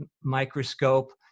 microscope